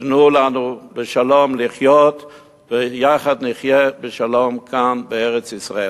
תנו לנו לחיות בשלום ויחד נחיה בשלום כאן בארץ-ישראל.